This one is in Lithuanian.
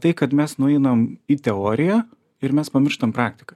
tai kad mes nueinam į teoriją ir mes pamirštam praktiką